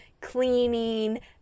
cleaning